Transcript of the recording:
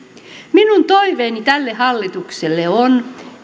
minun toiveeni tälle hallitukselle on